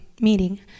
meeting